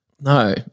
No